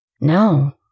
No